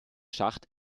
schacht